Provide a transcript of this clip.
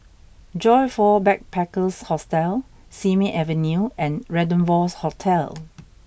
Joyfor Backpackers' Hostel Simei Avenue and Rendezvous Hotel